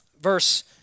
Verse